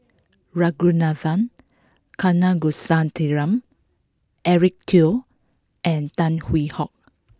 Ragunathar Kanagasuntheram Eric Teo and Tan Hwee Hock